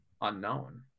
Unknown